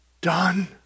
done